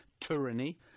tyranny